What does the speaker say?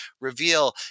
reveal